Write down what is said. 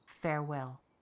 Farewell